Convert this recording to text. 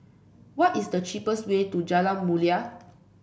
what is the cheapest way to Jalan Mulia